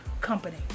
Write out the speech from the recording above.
company